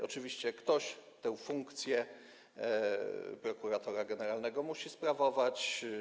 Oczywiście ktoś tę funkcję prokuratora generalnego musi sprawować.